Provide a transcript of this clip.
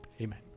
Amen